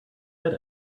get